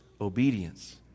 obedience